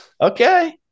Okay